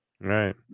Right